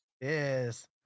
yes